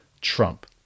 Trump